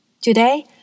Today